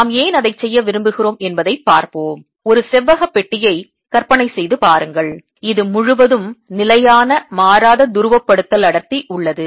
நாம் ஏன் அதைச் செய்ய விரும்புகிறோம் என்பதைப் பார்ப்போம் ஒரு செவ்வக பெட்டியை கற்பனை செய்து பாருங்கள் இது முழுவதும் நிலையான மாறாத துருவப்படுத்தல் அடர்த்திஉள்ளது